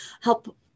help